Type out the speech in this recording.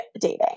dating